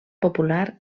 popular